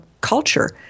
culture